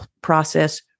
process